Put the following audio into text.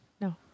No